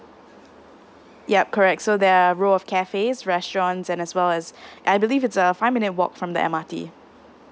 yup correct so there are row of cafes restaurants and as well as I believed it's a five minute walk from the M_R_T